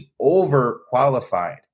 overqualified